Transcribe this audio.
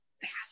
fast